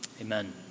amen